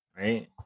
Right